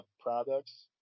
products